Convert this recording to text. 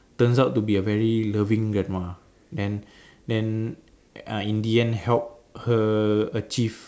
turns out to be a very loving grandma and and uh in the end help her achieve